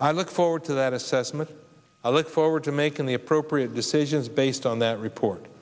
i look forward to that assessment i look forward to making the appropriate decisions based on that report